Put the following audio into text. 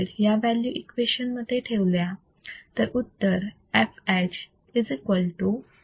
047 microfarad या value equation मध्ये ठेवल्या तर उत्तर fh1